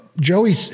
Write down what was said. Joey